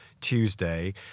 Tuesday